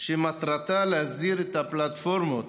שמטרתה להסדיר את הפלטפורמות